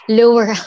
lower